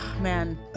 man